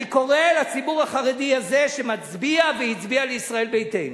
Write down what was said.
אני קורא לציבור החרדי הזה שמצביע והצביע לישראל ביתנו: